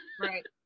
Right